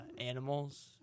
animals